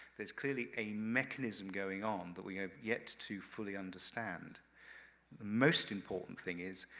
there's clearly a mechanism going on that we have yet to fully understand. the most important thing is,